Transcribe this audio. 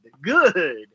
good